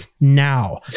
now